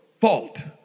fault